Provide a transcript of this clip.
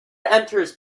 enters